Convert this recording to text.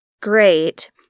great